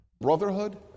Brotherhood